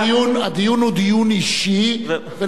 ולכן הם לא צריכים להביע את עמדת הסיעה.